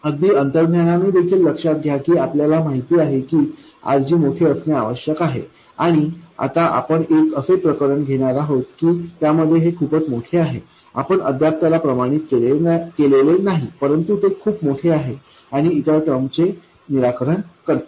अगदी अंतर्ज्ञानाने देखील लक्षात घ्या की आपल्याला माहित आहे की RG मोठे असणे आवश्यक आहे आणि आता आपण एक असे प्रकरण घेणार आहोत की त्यामध्ये हे खूपच मोठे आहे आपण अद्याप त्याला प्रमाणित केलेले नाही परंतु ते खूप मोठे आहे आणि इतर टर्मचे निराकरण करते